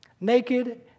Naked